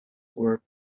were